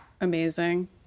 amazing